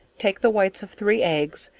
take the whites of three eggs,